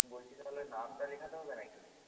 বলছি তাহলে নামটা লেখাতে হবে না কি